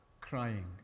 crying